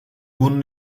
bunun